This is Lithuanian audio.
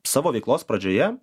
savo veiklos pradžioje